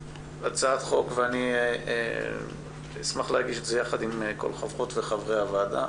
הצעת חוק ואני אשמח להגיש את זה יחד עם כל חברות וחברי הוועדה,